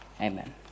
Amen